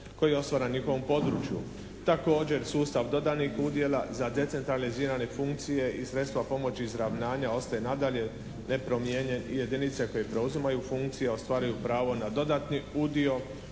koji je ostvaren na njihovom području. Također sustav dodanih udjela za decentralizirane funkcije i sredstva pomoći izravnanja ostaje nadalje nepromijenjen i jedinice koje preuzimaju funkcije ostvaruju pravo na dodatni udio